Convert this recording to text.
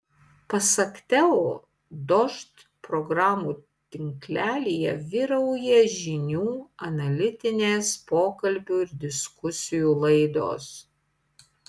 pasak teo dožd programų tinklelyje vyrauja žinių analitinės pokalbių ir diskusijų laidos